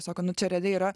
sako nu čia realiai yra